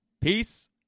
Peace